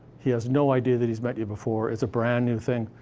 he has no idea that he's met you before, it's a brand new thing,